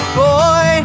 boy